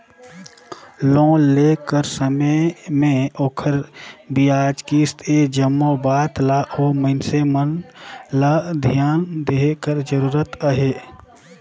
loan लेय कर समे में ओखर बियाज, किस्त ए जम्मो बात ल ओ मइनसे मन ल धियान देहे कर जरूरत अहे